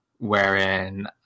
Wherein